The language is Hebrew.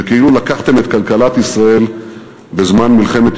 זה כאילו לקחתם את כלכלת ישראל בזמן מלחמת